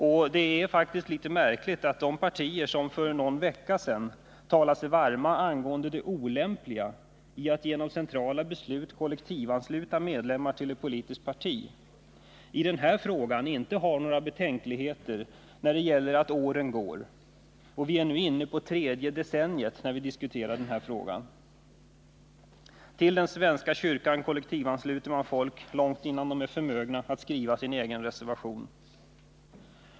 Och det är faktiskt litet märkligt att de partier som för någon vecka sedan talade sig varma angående Nr 39 det olämpliga i att genom centrala beslut kollektivansluta medlemmar till ett Onsdagen den politiskt parti, i den här frågan inte har några betänkligheter trots att åren 28 november 1979 går. Vi är nu inne på det tredje decenniet när vi diskuterar denna fråga. Till den svenska kyrkan kollektivansluter man folk långt innan de är förmögna att skriva sin egen reservation.